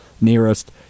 nearest